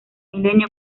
milenio